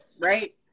Right